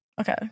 Okay